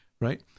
right